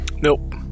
Nope